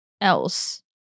else